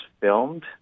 filmed